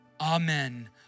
Amen